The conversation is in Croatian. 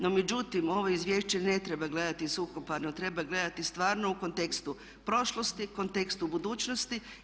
No međutim ovo izvješće ne treba gledati suhoparno, treba gledati stvarno u kontekstu prošlosti, kontekstu budućnosti.